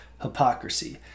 hypocrisy